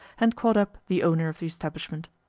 and caught up the owner of the establishment.